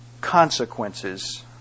consequences